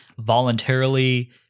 voluntarily